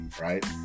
right